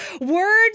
Words